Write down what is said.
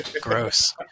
gross